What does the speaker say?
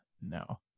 no